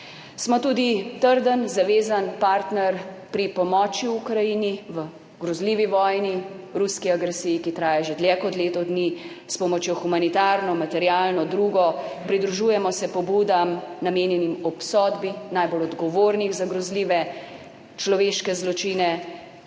Smo tudi trden, zavezan partner pri pomoči Ukrajini v grozljivi vojni, ruski agresiji, ki traja že dlje kot leto dni, s humanitarno, materialno in drugo pomočjo. Pridružujemo se pobudam, namenjenim obsodbi najbolj odgovornih za grozljive človeške zločine.